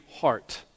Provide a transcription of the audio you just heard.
heart